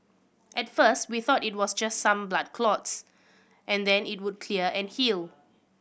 at first we thought it was just some blood clots and then it would clear and heal